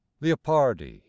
Leopardi